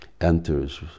enters